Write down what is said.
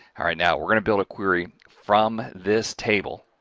alright now, we're going to build a query from this table.